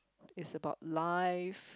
is about life